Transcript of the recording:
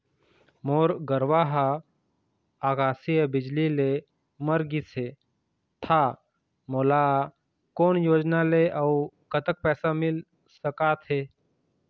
मोर गरवा हा आकसीय बिजली ले मर गिस हे था मोला कोन योजना ले अऊ कतक पैसा मिल सका थे?